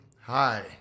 Hi